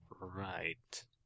Right